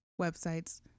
websites